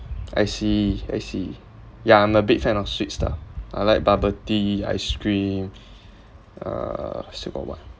I see I see yeah I'm a big fan of sweet stuff I like bubble tea ice cream uh still got what